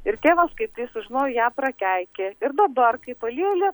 ir tėvas kai tai sužinojo ją prakeikė ir dabar kai palyja lie